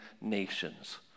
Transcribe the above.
nations